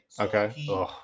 Okay